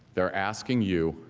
they are asking you